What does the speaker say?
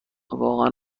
واقعا